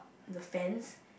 the fence